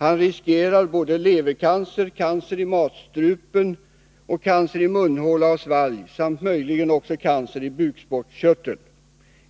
Man riskerar både levercancer, cancer i matstrupen och cancer i munhåla och svalg samt möjligen också cancer i bukspottkörteln.